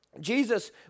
Jesus